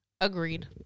agreed